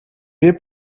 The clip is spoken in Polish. wie